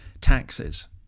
taxes